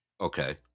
Okay